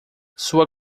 sua